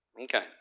Okay